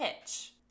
pitch